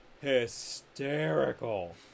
hysterical